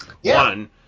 One